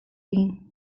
egin